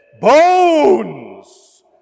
Bones